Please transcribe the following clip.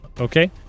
Okay